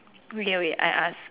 wait wait I ask